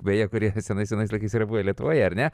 beje kurie senais senais laikais yra buvę lietuvoje ar ne